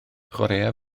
chwaraea